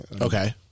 Okay